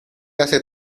hace